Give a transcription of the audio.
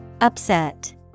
Upset